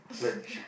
like she